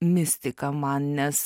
mistika man nes